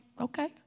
Okay